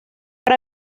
para